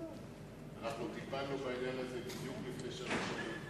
אנחנו טיפלנו בעניין הזה בדיוק לפני שלוש שנים.